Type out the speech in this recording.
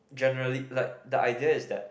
generally like the idea is that